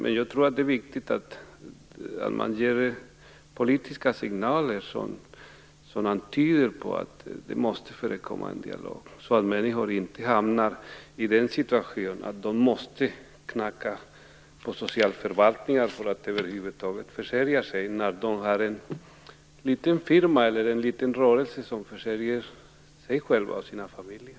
Men jag tror att det är viktigt att man ger politiska signaler, så att människor inte hamnar i den situationen att de måste knacka på socialförvaltningens dörr för att över huvud taget kunna försörja sig, när de har en liten firma eller rörelse som kan försörja dem och deras familjer.